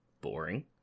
boring